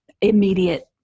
immediate